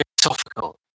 Philosophical